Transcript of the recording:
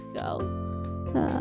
go